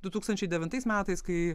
du tūkstančiai devintais metais kai